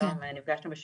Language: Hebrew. אני מעמותת מדעת.